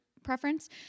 Preference